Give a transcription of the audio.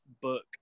book